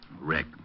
Rick